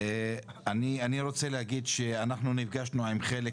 אני רוצה להגיד שאנחנו נפגשנו עם חלק